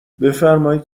بفرمایید